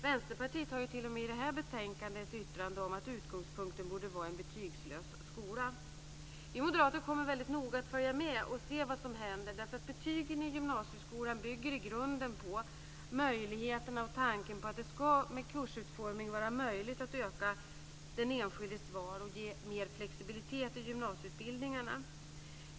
Vänsterpartiet har t.o.m. i detta betänkande ett yttrande om att utgångspunkten borde vara en betygsfri skola. Vi moderater kommer mycket noga att följa med och se vad som händer. Betygen i gymnasieskolan bygger i grunden på tanken att det ska med kursutformning vara möjligt att öka den enskildes valmöjligheter och ge mer flexibilitet i gymnasieutbildningarna.